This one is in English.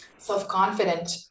self-confident